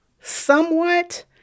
Somewhat